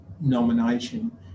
nomination